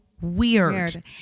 weird